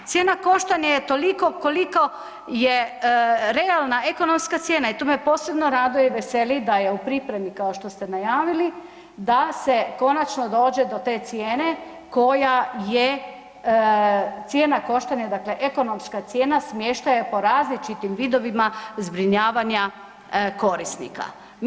Cijena koštanja je toliko koliko je realna ekonomska cijena i tu me posebno raduje i veseli da je u pripremi, kao što ste najavili, da se konačno dođe do te cijene koja je cijena koštanja, dakle ekonomska cijena smještaja po različitim vidovima zbrinjavanja korisnika.